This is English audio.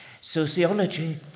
Sociology